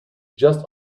just